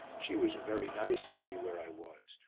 she was a very nice lady where i was,